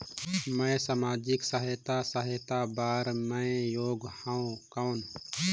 मैं समाजिक सहायता सहायता बार मैं योग हवं कौन?